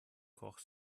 koch